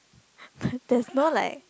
there's no like